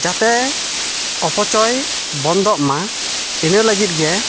ᱡᱟᱛᱮ ᱚᱯᱚᱪᱚᱭ ᱵᱚᱱᱫᱚᱜ ᱢᱟ ᱤᱱᱟᱹ ᱞᱟᱹᱜᱤᱫ ᱜᱮ